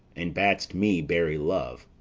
and bad'st me bury love.